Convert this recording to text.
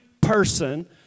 person